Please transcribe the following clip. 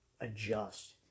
adjust